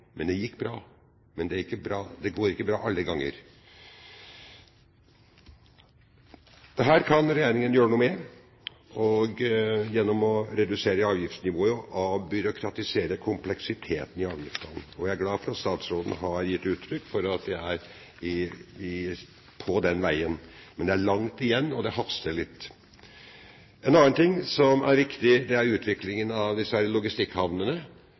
men det gikk bra. Det går ikke bra alle gangene. Dette kan regjeringen gjøre noe med gjennom å redusere avgiftsnivået og avbyråkratisere kompleksiteten i avgiftene. Jeg er glad for at statsråden har gitt uttrykk for at man er på den veien, men det er langt igjen – og det haster litt. En annen ting som er viktig, er utviklingen av disse logistikkhavnene.